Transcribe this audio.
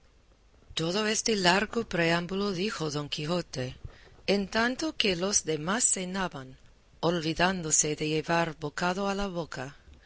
todo este largo preámbulo dijo don quijote en tanto que los demás cenaban olvidándose de llevar bocado a la boca